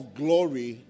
glory